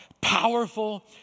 powerful